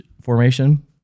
formation